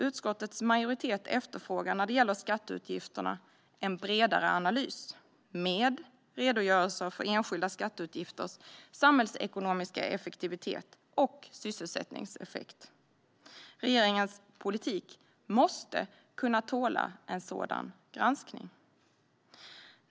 Utskottets majoritet efterfrågar en bredare analys när det gäller skatteutgifterna med redogörelser för enskilda skatteutgifters samhällsekonomiska effektivitet och sysselsättningseffekt. Regeringens politik måste kunna tåla en sådan granskning.